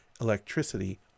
electricity